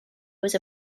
was